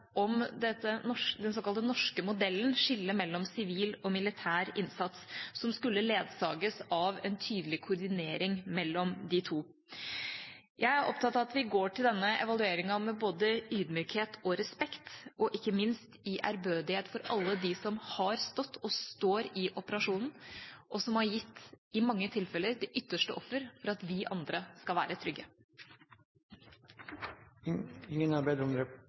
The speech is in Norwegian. om den såkalte norske modellen, skillet mellom sivil og militær innsats, som skulle ledsages av en tydelig koordinering mellom de to. Jeg er opptatt av at vi går til denne evalueringa med både ydmykhet og respekt, ikke minst i ærbødighet for alle dem som har stått og står i operasjonen, og som har gitt – i mange tilfeller – det ytterste offer for at vi andre skal være trygge. Det